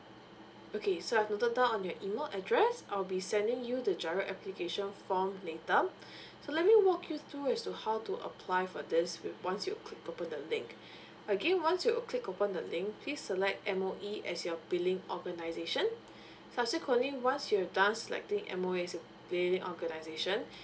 okay so I've noted down on your email address I'll be sending you the G_I_R_O application form later so let me walk you through as to how to apply for this once you've click open the link again once you click open the link please select M_O_E as your billing organization subsequently once you've done selecting M_O_E as your billing organization